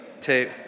tape